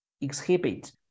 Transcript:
exhibit